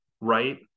right